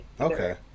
okay